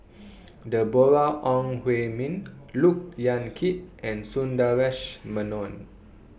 Deborah Ong Hui Min Look Yan Kit and Sundaresh Menon